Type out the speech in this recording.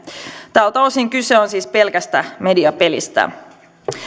tältä osin kyse on siis pelkästä mediapelistä